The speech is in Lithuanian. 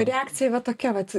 reakcija va tokia vat